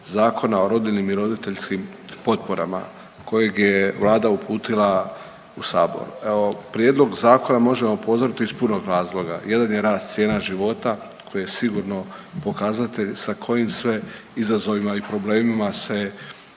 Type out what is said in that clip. Zakona o rodiljnim i roditeljskim potporama kojeg je vlada uputila u sabor. Evo, prijedlog zakona možemo pozdraviti iz puno razloga. Jedan je rast cijena života koji je sigurno pokazatelj sa kojim sve izazovima i problemima se